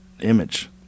image